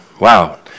Wow